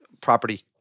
property